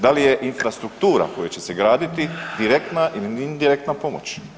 Da li je infrastruktura koja će se graditi direktna ili indirektna pomoć?